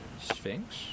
Sphinx